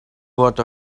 lot